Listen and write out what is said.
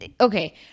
Okay